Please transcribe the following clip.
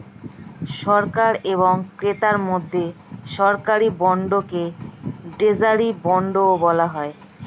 সরকার এবং ক্রেতার মধ্যে সরকারি বন্ডকে ট্রেজারি বন্ডও বলা হয়